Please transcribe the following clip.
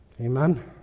Amen